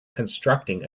constructing